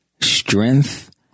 Strength